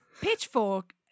Pitchfork